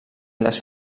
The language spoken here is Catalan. les